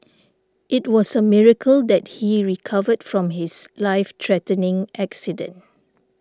it was a miracle that he recovered from his life threatening accident